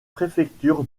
préfecture